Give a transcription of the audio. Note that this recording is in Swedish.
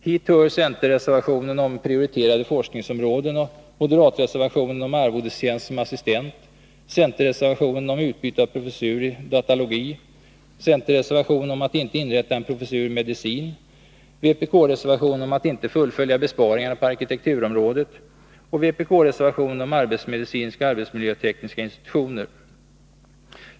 Hit hör centerreservationen om prioriterade forskningsområden, moderatreservationen om arvodestjänst som assistent, centerreservationen om utbyte av professur i datalogi, centerreservationen om att inte inrätta en professur i medicin, vpkreservationen om att inte fullfölja besparingarna på arkitekturområdet och vpk-reservationen om arbetsmedicinska och arbetsmiljötekniska institutioner.